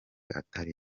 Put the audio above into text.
atari